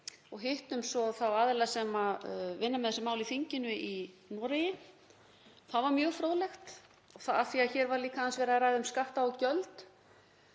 og hittum svo þá aðila sem vinna með þessi mál í þinginu í Noregi. Það var mjög fróðlegt og af því að hér var líka aðeins verið að ræða um skatta og gjöld